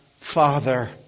Father